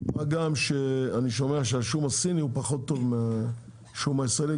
מה גם שאני שומע שהשום הסיני פחות טוב מהשום הישראלי,